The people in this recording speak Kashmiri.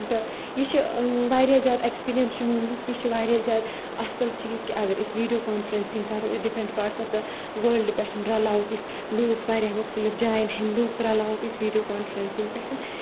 تہٕ یہِ چھُ واریاہ زیادٕ اؠکسپیٖرِیَنس چھُ مےٚ یہِ زِ یہِ چھُ واریاہ زیادٕ اَصل چیٖز کہِ اَگر أسۍ ویٖڈیو کانفرؠنسِنگ کَرو ڈِفرَنٹ پارٹسن آف د وٲلڈ پؠٹھ رَلاوکھ أسۍ لوٗکھ واریاہ مُختِلِف جایَن ہٕندۍ لوٗکھ رَلاوکھ أسۍ ویٖڈیو کانفرؠنسِنگ پؠٹھ